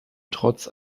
trotz